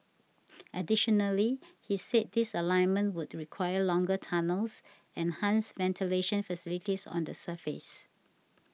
additionally he said this alignment would require longer tunnels and hence ventilation facilities on the surface